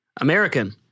American